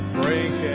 break